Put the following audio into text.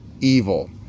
evil